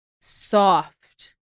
soft